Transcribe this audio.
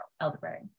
elderberry